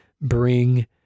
bring